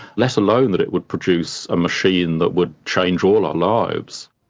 let alone that it would produce a machine that would change all our lives.